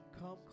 Come